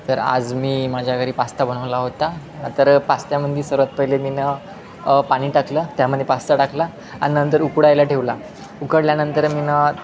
तर आज मी माझ्या घरी पास्ता बनवला होता तर पास्त्यामध्ये सर्वात पहिले मीनं पाणी टाकलं त्यामध्ये पास्ता टाकला आणि नंतर उकडायला ठेवला उकडल्यानंतर मीनं